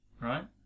Right